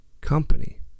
company